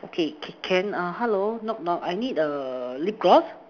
okay can err hello knock knock I need a lip gloss